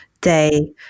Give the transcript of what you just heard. day